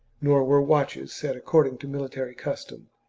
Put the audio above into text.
nor were watches set according to mili tary custom.